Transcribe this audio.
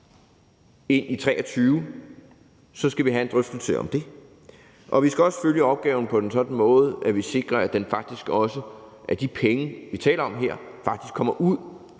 ind i 2023, så skal vi have en drøftelse om det. Og vi skal også følge opgaven på en sådan måde, at vi sikrer, at de penge, vi taler om her, faktisk også kommer ud